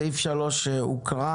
סעיף 3 הוקרא.